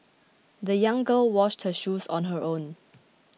the young girl washed her shoes on her own